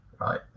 right